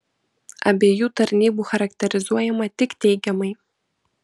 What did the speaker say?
abiejų tarnybų charakterizuojama tik teigiamai